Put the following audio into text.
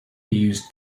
used